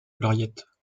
gloriette